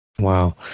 Wow